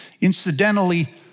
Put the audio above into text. Incidentally